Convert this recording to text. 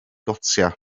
gotiau